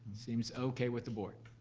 seems okay with the board.